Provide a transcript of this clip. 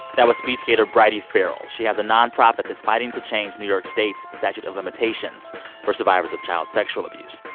that was speed skater bridie farrell. she has a nonprofit that's fighting to change new york state's statute of limitations for survivors of child sexual abuse.